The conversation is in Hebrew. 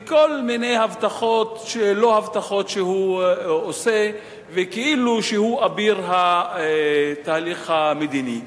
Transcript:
וכל מיני הבטחות לא-הבטחות שהוא עושה וכאילו שהוא אביר התהליך המדיני.